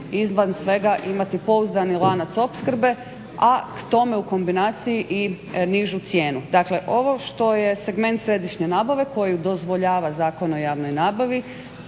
izvan svega imati pouzdani lanac opskrbe, a k tome u kombinaciji i nižu cijenu. Dakle, ovo što je segment središnje nabave, koju dozvoljava Zakon o javnoj nabavi,